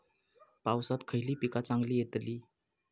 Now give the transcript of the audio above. पावसात खयली पीका चांगली येतली?